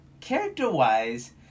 Character-wise